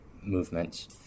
movements